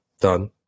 done